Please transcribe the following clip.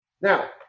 now